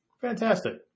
Fantastic